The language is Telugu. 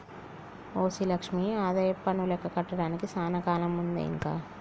ఓసి లక్ష్మి ఆదాయపన్ను లెక్క కట్టడానికి సానా కాలముందే ఇంక